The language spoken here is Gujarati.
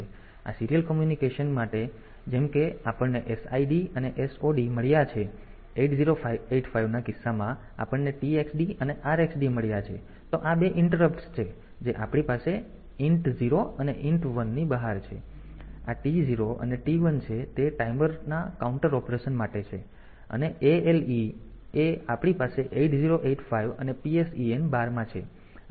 તેથી આ સીરીયલ કોમ્યુનિકેશન માટે છે જેમ કે આપણને SID અને SOD મળ્યા છે 8085 ના કિસ્સામાં આપણને TXD અને RXD મળ્યા છે તો આ 2 ઇન્ટરપ્ટ્સ છે જે આપણી પાસે int 0 અને int 1 ની બહાર છે પછી આ T0 અને T1 છે તે ટાઈમરના કાઉન્ટર ઓપરેશન માટે છે અને પછી આ ALE એ જ છે જે આપણી પાસે 8085 અને PSEN બારમાં છે